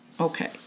okay